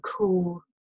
cool